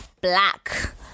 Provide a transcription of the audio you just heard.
black